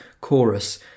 chorus